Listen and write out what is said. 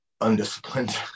undisciplined